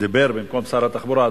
שדיבר במקום שר התחבורה.